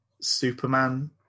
Superman